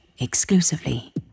exclusively